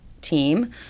team